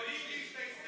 משה יעלון,